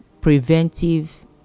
preventive